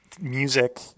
music